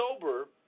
sober